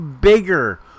bigger